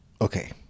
Okay